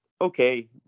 okay